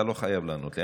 ואתה לא חייב לענות לי,